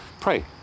pray